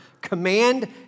Command